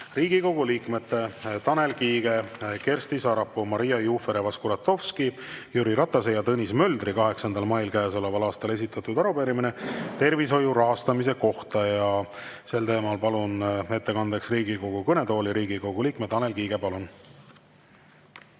Riigikogu liikmete Tanel Kiige, Kersti Sarapuu, Maria Jufereva-Skuratovski, Jüri Ratase ja Tõnis Möldri 8. mail käesoleval aastal esitatud arupärimine tervishoiu rahastamise kohta. Sel teemal palun ettekandeks Riigikogu kõnetooli Riigikogu liikme Tanel Kiige. Palun!